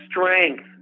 strength